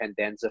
Pendenza